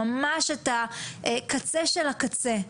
ממש את הקצה של הקצה.